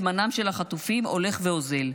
זמנם של החטופים הולך ואוזל,